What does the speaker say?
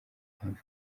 impamvu